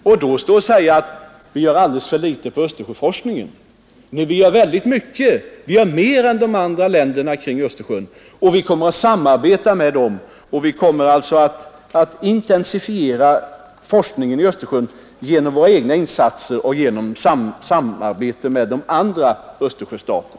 Man skall inte stå och säga att vi gör alldeles för litet på Östersjöforskningens område, när vi gör väldigt mycket, mer än de andra länderna kring Östersjön. Och vi kommer att intensifiera forskningen i Östersjön genom våra egna insatser och genom samarbete med de andra Östersjöstaterna.